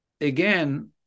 again